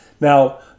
Now